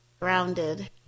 Grounded